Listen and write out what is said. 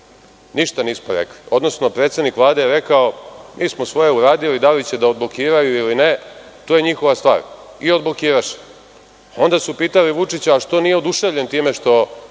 Ništa nismo rekli. Odnosno, predsednik Vlade je rekao – mi smo svoje uradili, da li će da odblokiraju ili ne, to je njihova stvar. I odblokiraše. Onda su pitali Vučića zašto nije oduševljen time što